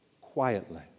quietly